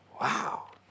Wow